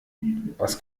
was